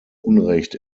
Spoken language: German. unrecht